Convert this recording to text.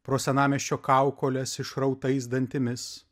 pro senamiesčio kaukoles išrautais dantimis